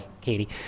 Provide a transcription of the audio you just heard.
Katie